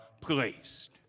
placed